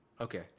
Okay